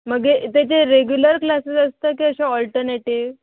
मागीर तेजे regular classes आसता की अशें ऑल्टनेटीव